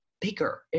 bigger